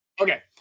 okay